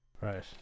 Right